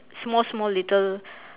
small small little